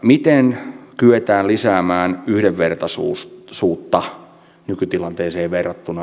miten kyetään lisäämään yhdenvertaisuutta nykytilanteeseen verrattuna